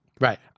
Right